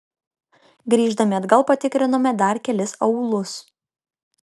grįždami atgal patikrinome dar kelis aūlus